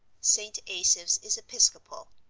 st. asaph's is episcopal.